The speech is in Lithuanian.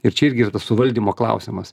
ir čia irgi yra tas suvaldymo klausimas